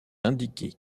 indiqué